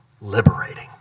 liberating